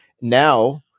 Now